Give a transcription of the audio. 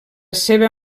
seva